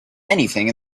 anything